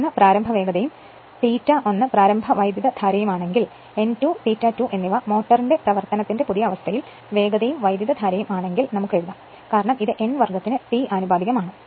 1 പ്രാരംഭ വേഗതയും ∅1 പ്രാരംഭ വൈദ്യുതധാരയുമാണെങ്കിൽ n2 ∅2 എന്നിവ മോട്ടോറിന്റെ പ്രവർത്തനത്തിന്റെ പുതിയ അവസ്ഥയിൽ വേഗതയും വൈദ്യുതധാരയും ആണെങ്കിൽ നമുക്ക് എഴുതാം കാരണം ഇത് n വർഗ്ഗത്തിന് T ആനുപാതികമാണ്